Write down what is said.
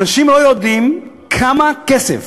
אנשים לא יודעים כמה כסף